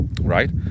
right